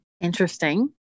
interesting